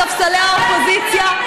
בספסלי האופוזיציה,